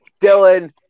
Dylan